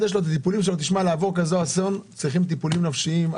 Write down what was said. לעבור כזה אסון, צריכים טיפולים נפשיים.